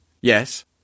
Yes